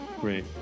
Great